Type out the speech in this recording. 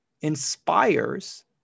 inspires